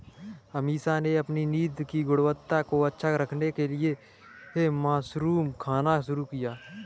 अमीषा ने अपनी नींद की गुणवत्ता को अच्छा करने के लिए मशरूम खाना शुरू किया